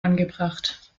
angebracht